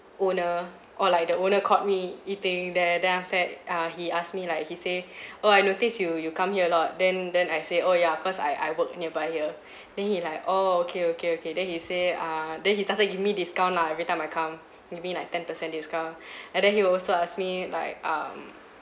owner or like the owner caught me eating there then after that err he ask me like he say oh I notice you you come here a lot then then I say oh ya cause I I work nearby here then he like oh okay okay okay then he say err then he started give me discount lah every time I come maybe like ten per cent discount and then he will also ask me like um